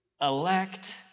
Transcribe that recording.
elect